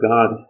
God